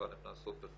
היכן הן נעשות וכו'.